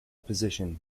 position